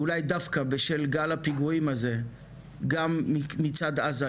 ואולי דווקא בשל גל הפיגועים הזה גם מצד עזה,